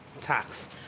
tax